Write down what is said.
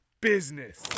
business